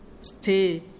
stay